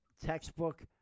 Textbook